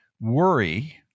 worry